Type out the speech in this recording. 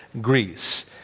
Greece